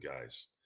guys